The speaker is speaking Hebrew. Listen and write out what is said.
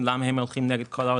100%